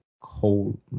Cold